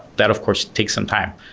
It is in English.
that of course takes some time.